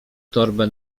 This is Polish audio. torbę